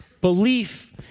belief